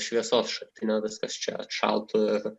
šviesos šaltinio viskas čia atšaltų ir